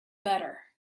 better